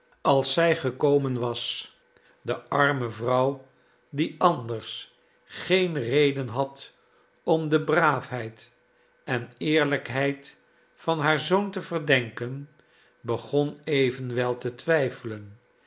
als zij gekornen was de arme vrouw die anders fgeen reden had om de braafheid en eerlijkheid van haar zoon teverdenken begon evenwel te twijfelen